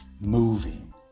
moving